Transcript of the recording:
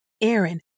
Aaron